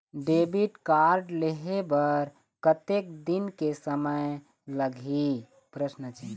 Debit card लेहे बर कतेक दिन के समय लगही?